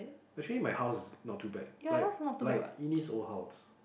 actually my house not too bad like like it needs old house